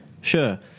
Sure